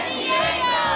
Diego